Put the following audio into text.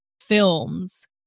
films